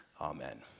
Amen